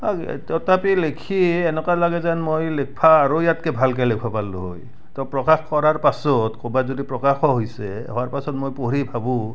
তথাপি লিখি এনেকুৱা লাগে যেন মই লিখিব আৰু ইয়াতকৈ ভালকৈ লিখিব পাৰিলোঁ হয় তো প্ৰকাশ কৰাৰ পাছত ক'ৰবাত যদি প্ৰকাশো হৈছে হোৱাৰ পাছত মই পঢ়ি ভাবোঁ